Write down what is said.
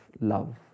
love